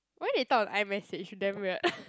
why they talk on iMessage damn weird